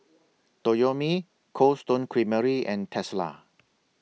Toyomi Cold Stone Creamery and Tesla